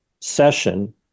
session